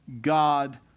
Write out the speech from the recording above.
God